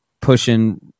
pushing